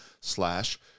slash